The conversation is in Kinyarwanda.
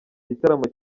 gitaramo